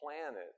planet